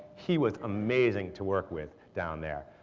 he was amazing to work with down there.